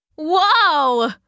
Whoa